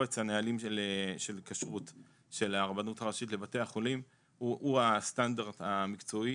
קובץ הנהלים של כשרות של הרבנות הראשית לבתי החולים הוא הסטנדרט המקצועי